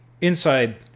inside